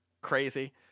crazy